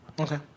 Okay